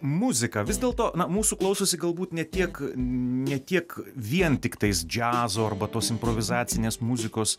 muziką vis dėlto na mūsų klausosi galbūt ne tiek ne tiek vien tiktais džiazo arba tos improvizacinės muzikos